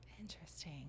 Interesting